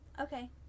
Okay